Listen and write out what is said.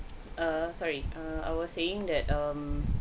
err sorry err I was saying that um